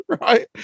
right